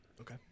Okay